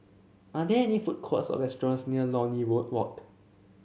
are there any food courts or restaurants near Lornie Walk